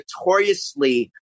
notoriously